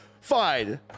fine